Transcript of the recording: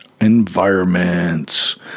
environments